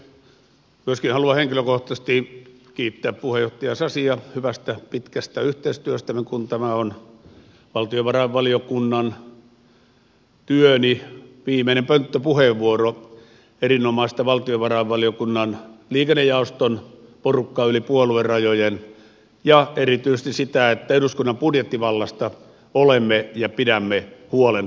myöskin haluan henkilökohtaisesti kiittää puheenjohtaja sasia hyvästä pitkästä yhteistyöstämme kun tämä on valtiovarainvaliokunnan työni viimeinen pönttöpuheenvuoro erinomaista valtiovarainvaliokunnan liikennejaoston porukkaa yli puoluerajojen ja erityisesti sitä että eduskunnan budjettivallasta pidämme huolen